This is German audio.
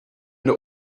der